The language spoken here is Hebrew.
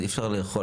אי אפשר לאכול.